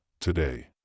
today